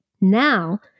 now